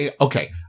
okay